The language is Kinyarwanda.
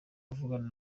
avugana